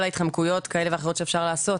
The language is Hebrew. כל ההתחמקויות, כאלה ואחרות שאפשר לעשות,